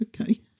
okay